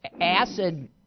acid